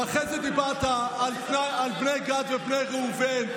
ואחרי זה דיברת על בני גד ובני ראובן,